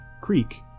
creek